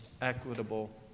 equitable